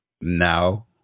now